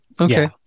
Okay